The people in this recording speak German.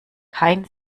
kein